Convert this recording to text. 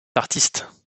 artiste